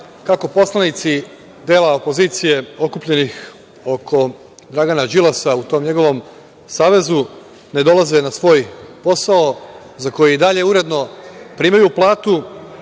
kako poslanici dela opozicije okupljenih oko Dragana Đilasa u tom njegovom savezu ne dolaze na svoj posao, za koji i dalje uredno primaju platu